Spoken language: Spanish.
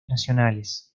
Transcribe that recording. nacionales